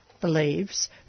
believes